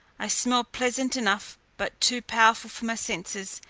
a smell pleasant enough, but too powerful for my senses,